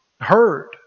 heard